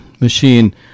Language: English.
machine